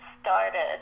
started